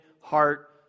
heart